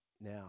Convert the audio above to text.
Now